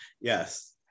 yes